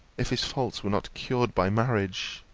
if his faults were not cured by marriage